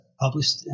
published